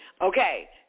Okay